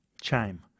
Chime